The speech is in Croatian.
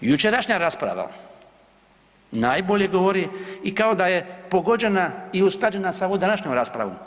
Jučerašnja rasprava najbolje govori i kao da je pogođena i usklađena sa ovom današnjom raspravom.